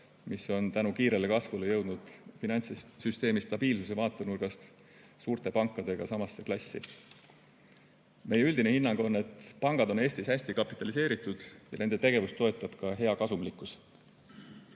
mis on tänu kiirele kasvule jõudnud finantssüsteemi stabiilsuse vaatenurgast suurte pankadega samasse klassi. Meie üldine hinnang on, et pangad on Eestis hästi kapitaliseeritud ja nende tegevust toetab ka hea kasumlikkus. Pankade